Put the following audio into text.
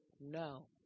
No